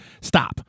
stop